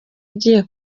ugiye